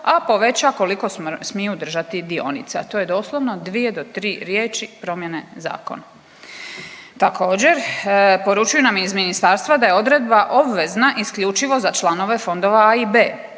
a poveća koliko smiju držati dionice, a to je doslovno dvije do tri riječi promjene zakona. Također, poručuju nam iz ministarstva da je odredba obvezna isključivo za članove fondova A i B.